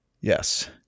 yes